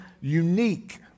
unique